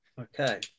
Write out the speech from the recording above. Okay